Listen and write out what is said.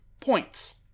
points